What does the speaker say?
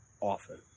often